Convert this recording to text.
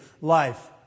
life